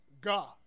God